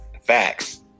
Facts